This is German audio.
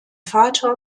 vater